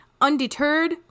Undeterred